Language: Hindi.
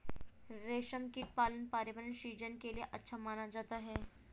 रेशमकीट पालन पर्यावरण सृजन के लिए अच्छा माना जाता है